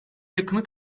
yakını